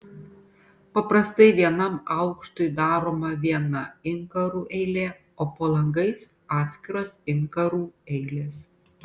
paprastai vienam aukštui daroma viena inkarų eilė o po langais atskiros inkarų eilės